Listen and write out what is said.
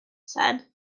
said